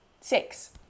Six